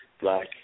Black